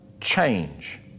change